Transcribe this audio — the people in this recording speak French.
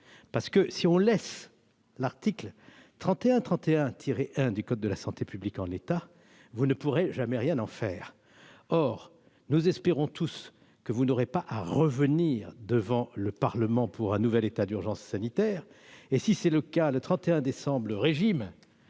effet, si on laisse l'article L. 3131-1 du code de la santé publique en l'état, vous ne pourrez jamais rien en faire. Or nous espérons tous que vous n'aurez pas à revenir devant le Parlement pour un nouvel état d'urgence sanitaire. Le 31 décembre 2021, le régime